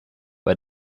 bei